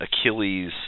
Achilles